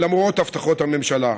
למרות הבטחות הממשלה.